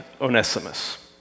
Onesimus